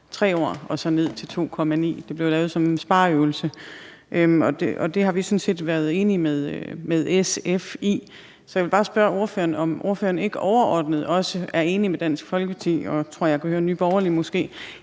3 år og ned til 2,9 år. Det blev lavet som en spareøvelse. På det punkt har vi sådan set været enige med SF, så jeg vil bare spørge ordføreren, om ordføreren ikke overordnet også er enig med Dansk Folkeparti og Nye Borgerlige, tror jeg måske